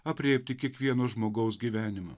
aprėpti kiekvieno žmogaus gyvenimą